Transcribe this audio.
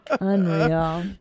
Unreal